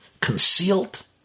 concealed